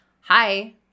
hi